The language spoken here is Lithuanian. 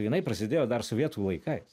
jinai prasidėjo dar sovietų laikais